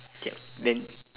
okay then